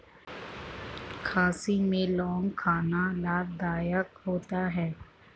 खांसी में लौंग खाना लाभदायक होता है